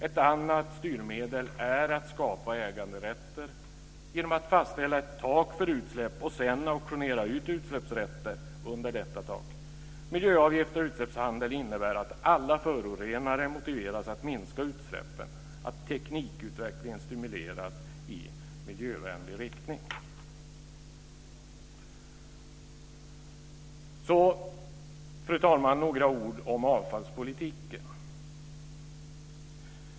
Ett annat styrmedel är att skapa äganderätter genom att fastställa ett tak för utsläpp och sedan auktionera ut utsläppsrätter under detta tak. Miljöavgifter och utsläppshandel innebär att alla förorenare motiveras att minska utsläppen och att teknikutvecklingen stimuleras i miljövänlig riktning. Fru talman! Så vill jag säga några ord om avfallspolitiken.